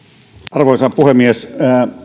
arvoisa puhemies